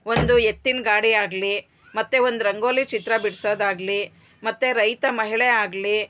ಒಂದು ಎತ್ತಿನ ಗಾಡಿ ಆಗಲಿ ಮತ್ತು ಒಂದು ರಂಗೋಲಿ ಚಿತ್ರ ಬಿಡ್ಸೋದಾಗ್ಲಿ ಮತ್ತು ರೈತ ಮಹಿಳೆ ಆಗಲಿ